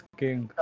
king